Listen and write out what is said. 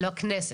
לכנסת.